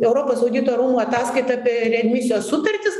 europos audito rūmų ataskaita apie readmisijos sutartis